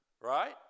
right